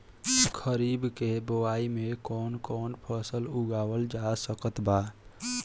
खरीब के बोआई मे कौन कौन फसल उगावाल जा सकत बा?